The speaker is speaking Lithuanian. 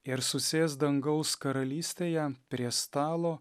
ir susės dangaus karalystėje prie stalo